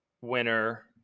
winner